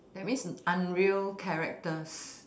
that means unreal characters